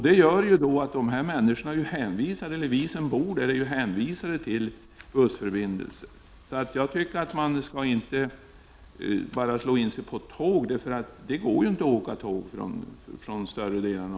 Det gör att vi som bor här uppe är hänvisade till bussförbindelser. Det går alltså praktiskt taget inte att resa från Nordmaling med tåg till någon plats i världen.